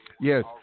yes